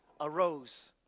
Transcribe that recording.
arose